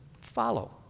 follow